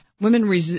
women